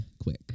quick